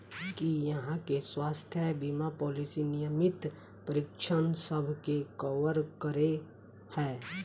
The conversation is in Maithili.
की अहाँ केँ स्वास्थ्य बीमा पॉलिसी नियमित परीक्षणसभ केँ कवर करे है?